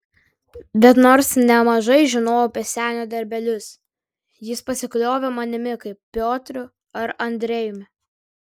bet nors nemažai žinojau apie senio darbelius jis pasikliovė manimi kaip piotru ar andrejumi